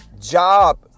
job